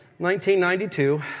1992